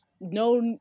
no